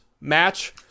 match